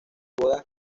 boda